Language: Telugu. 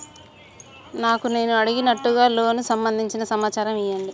నాకు నేను అడిగినట్టుగా లోనుకు సంబందించిన సమాచారం ఇయ్యండి?